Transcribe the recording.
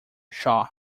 shaw